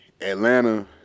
Atlanta